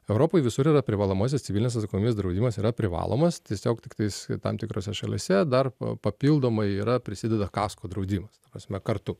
europoj visur yra privalomasis civilinės atsakomybės draudimas yra privalomas tiesiog tiktais tam tikrose šalyse dar papildomai yra prisideda kasko draudimas ta prasme kartu